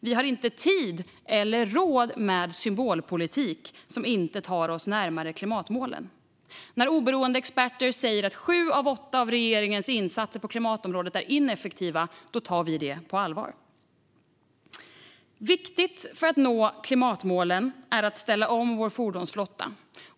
Vi har inte tid eller råd med symbolpolitik som inte tar oss närmare klimatmålen. När oberoende experter säger att sju av åtta av regeringens insatser på klimatområdet är ineffektiva tar vi det på allvar. För att nå klimatmålen är det viktigt att vi ställer om vår fordonsflotta.